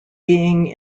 being